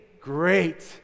great